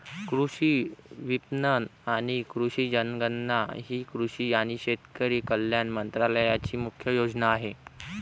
कृषी विपणन आणि कृषी जनगणना ही कृषी आणि शेतकरी कल्याण मंत्रालयाची मुख्य योजना आहे